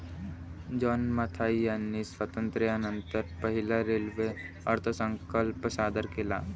John Mathai यांनी स्वातंत्र्यानंतर पहिला रेल्वे अर्थसंकल्प सादर केला